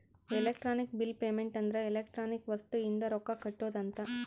electronic bill payment ಅಂದ್ರ electronic ವಸ್ತು ಇಂದ ರೊಕ್ಕ ಕಟ್ಟೋದ ಅಂತ